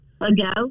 ago